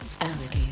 alligator